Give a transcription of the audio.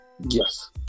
Yes